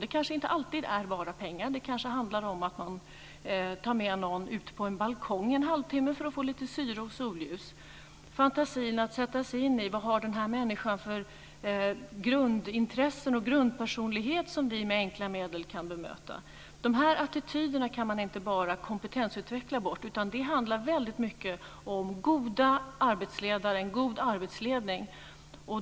Det kanske inte alltid handlar om pengar. Det kan handla om att ta med någon ut på en balkong en halv timme för att få lite syre och solljus. Det handlar om fantasin att sätta sig in i vad denna människa har för grundintressen och grundpersonlighet som vi med enkla medel kan bemöta. Dessa attityder kan vi inte bara kompetenseutveckla utan det handlar mycket om en god arbetsledning.